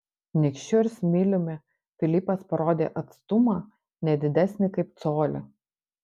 nykščiu ir smiliumi filipas parodė atstumą ne didesnį kaip colį